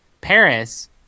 Paris